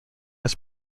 his